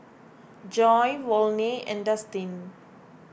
Joy Volney and Dustin